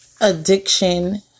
addiction